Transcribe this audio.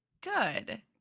good